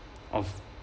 of